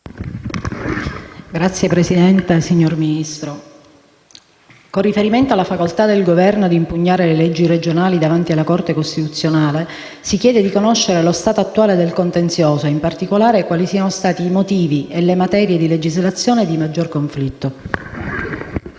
Signor Presidente, signor Ministro, con riferimento alla facoltà del Governo di impugnare le leggi regionali davanti alla Corte costituzionale, si chiede di conoscere lo stato attuale del contenzioso, in particolare quali siano stati i motivi e le materie di legislazione di maggior conflitto.